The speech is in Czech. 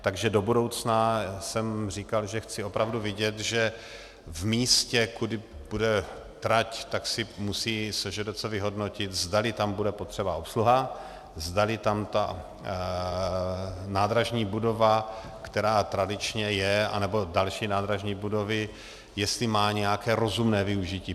Takže do budoucna jsem říkal, že chci opravdu vidět, že v místě, kudy půjde trať, tak si musí SŽDC vyhodnotit, zdali tam bude potřeba obsluha, zdali tam ta nádražní budova, která tradičně je, anebo další nádražní budovy, jestli má nějaké rozumné využití.